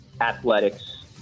Athletics